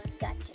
gotcha